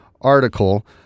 article